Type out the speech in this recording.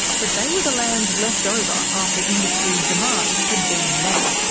but they were the lands left over after industry's demands had been met,